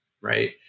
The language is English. Right